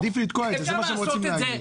עדיף לתקוע את זה, זה מה שהם רוצים להגיד.